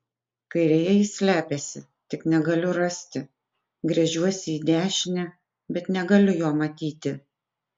kairėje jis slepiasi tik negaliu rasti gręžiuosi į dešinę bet negaliu jo matyti